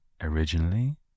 originally